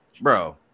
bro